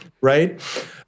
right